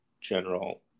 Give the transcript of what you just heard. general